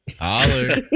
holler